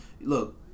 Look